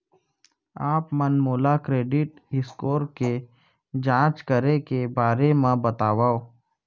आप मन मोला क्रेडिट स्कोर के जाँच करे के बारे म बतावव?